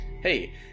Hey